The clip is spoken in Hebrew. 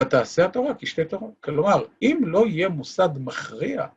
ותעשה התורה כשתי תורות. כלומר, אם לא יהיה מוסד מכריע...